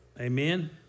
Amen